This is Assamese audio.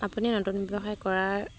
আপুনি নতুন ব্যৱসায় কৰাৰ